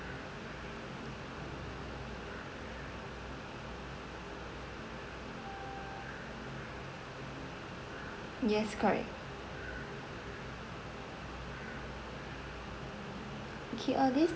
yes correct okay uh this